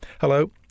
Hello